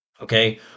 Okay